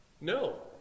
No